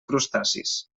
crustacis